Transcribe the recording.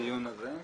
לקראת הדיון הזה?